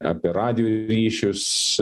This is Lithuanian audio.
apie radijo ryšius